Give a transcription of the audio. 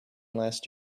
last